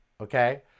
okay